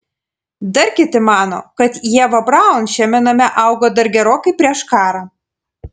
dar kiti mano kad ieva braun šiame name augo dar gerokai prieš karą